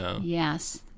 Yes